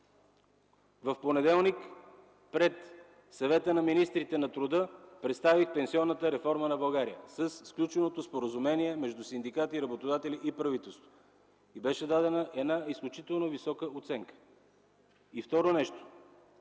в понеделник пред Съвета на министрите на труда представих пенсионната реформа на България със сключеното споразумение между синдикати, работодатели и правителство. И беше дадена една изключително висока оценка. И нещо